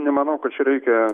nemanau kad čia reikia